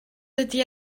dydy